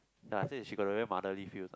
ya I say she got a very motherly feels ah